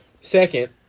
Second